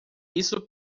isso